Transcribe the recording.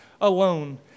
alone